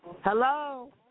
Hello